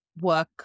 work